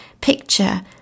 picture